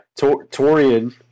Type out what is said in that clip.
Torian